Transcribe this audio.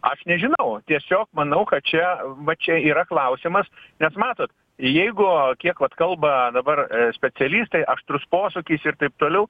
aš nežinau tiesiog manau kad čia va čia yra klausimas nes matot jeigu kiek vat kalba dabar specialistai aštrus posūkis ir taip toliau